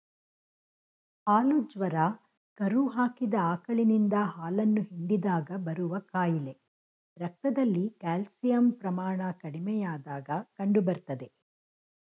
ಹಾಲು ಜ್ವರ ಕರು ಹಾಕಿದ ಆಕಳಿನಿಂದ ಹಾಲನ್ನು ಹಿಂಡಿದಾಗ ಬರುವ ಕಾಯಿಲೆ ರಕ್ತದಲ್ಲಿ ಕ್ಯಾಲ್ಸಿಯಂ ಪ್ರಮಾಣ ಕಡಿಮೆಯಾದಾಗ ಕಂಡುಬರ್ತದೆ